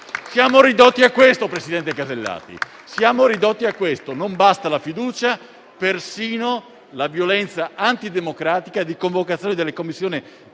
Siamo ridotti a questo, presidente Alberti Casellati. Non basta la fiducia, persino la violenza antidemocratica di convocare le Commissioni